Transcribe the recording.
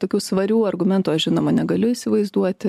tokių svarių argumentų aš žinoma negaliu įsivaizduoti